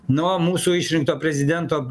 nuo mūsų išrinkto prezidento